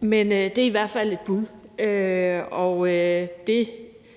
men det er i hvert fald et bud,